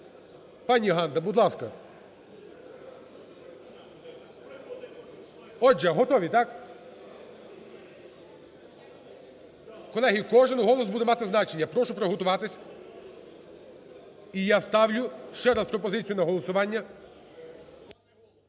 пані Ганно, будь ласка. Отже, готові, так? Колеги, кожен голос буде мати значення, прошу приготуватися. І я ставлю ще раз пропозицію на голосування.